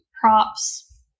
props